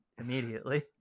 immediately